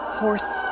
horse